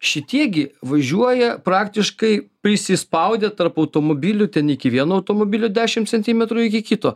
šitie gi važiuoja praktiškai prisispaudę tarp automobilių ten iki vieno automobilio dešim centimetrų iki kito